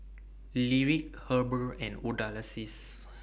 Lyric Heber and